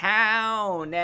town